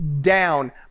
down